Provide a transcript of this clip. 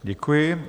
Děkuji.